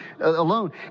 alone